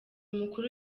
mukuru